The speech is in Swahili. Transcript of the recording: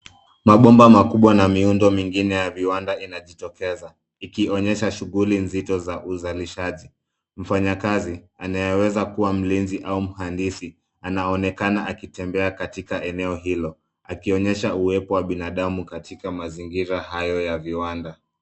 Mabomba makubwa na miundo mingine ya viwanda inajitokeza. Ikionyesha shughuli nzito za uzalishaji. Mfanyikazi anayeweza kuwa mlinzi au mhandisi anaonekana akitembea katika eneo hilo, akionyesha uwepo wa binadamu katika mazingira hayo ya viwanda.